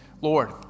Lord